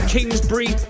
Kingsbury